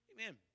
Amen